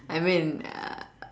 I mean uh